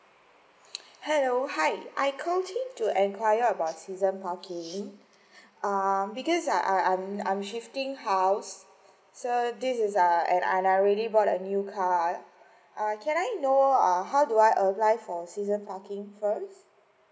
hello hi I call you to enquire about season parking um because uh I'm I'm shifting house so this is a and I already bought a new car can I know err how do I apply for season parking first